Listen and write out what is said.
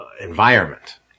environment